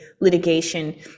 litigation